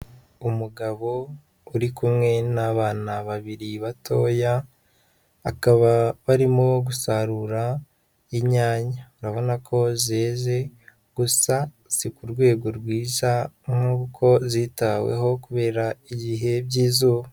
Umugabo uri kumwe n'abana babiri batoya bakaba barimo gusarura inyanya. Urabona ko zeze gusa si ku rwego rwiza nk'uko zitaweho kubera ibihe by'izuba.